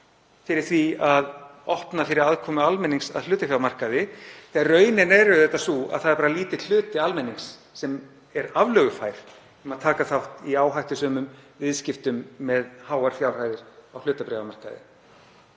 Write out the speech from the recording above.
fyrir því að opna fyrir aðkomu almennings að hlutafjármarkaði þegar raunin er auðvitað sú að bara lítill hluti almennings er aflögufær um að taka þátt í áhættusömum viðskiptum með háar fjárhæðir á hlutabréfamarkaði.